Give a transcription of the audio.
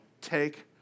take